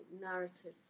narrative